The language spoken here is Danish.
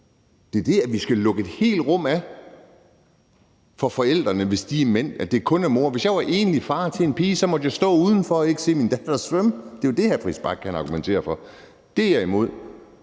Det er det, at vi skal lukke et helt rum af for forældrene, hvis de er mænd, og at det kun er mor. Hvis jeg var enlig far til en pige, måtte jeg stå udenfor og ikke se min datter svømme. Det er jo det, hr. Christian Friis Bach argumenterer for. Det